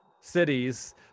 cities